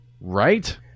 right